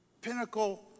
pinnacle